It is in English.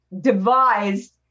devised